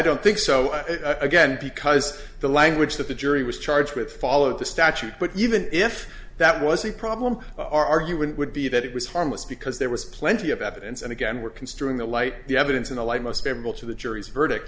don't think so again because the language that the jury was charged with followed the statute but even if that was the problem our argument would be that it was harmless because there was plenty of evidence and again were considering the light the evidence in the light most favorable to the jury's verdict